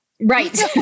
Right